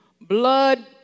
blood